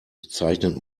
bezeichnet